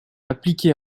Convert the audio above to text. appliquer